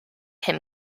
him